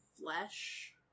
Flesh